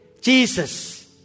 Jesus